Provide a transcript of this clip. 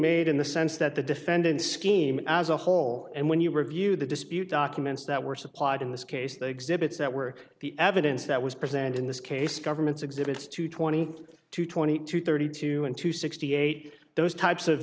made in the sense that the defendants scheme as a whole and when you review the dispute documents that were supplied in this case the exhibits that were the evidence that was present in this case government's exhibits two twenty two twenty two thirty two and two sixty eight those types of